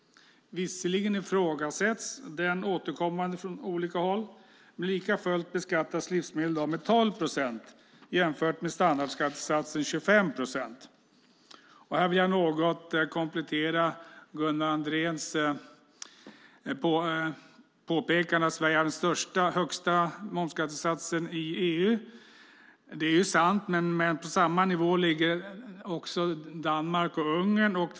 Visserligen ifrågasätts den återkommande från olika håll. Likafullt beskattas livsmedel i dag med 12 procent, att jämföra med standardskattesatsen 25 procent. Här vill jag något komplettera Gunnar Andréns påpekande om att Sverige har den högsta momsskattesatsen i EU. Det är sant. Men på samma nivå ligger Danmark och Ungern.